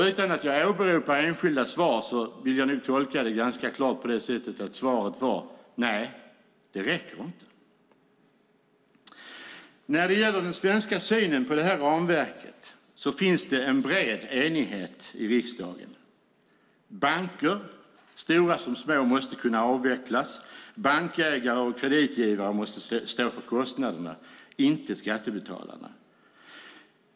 Utan att jag åberopar enskilda svar vill jag nog tolka det ganska klart som att svaret var: Nej, det räcker inte. När det gäller den svenska synen på det här ramverket finns det en bred enighet i riksdagen. Banker, stora som små, måste kunna avvecklas. Bankägare och kreditgivare måste stå för kostnaderna, inte skattebetalarna.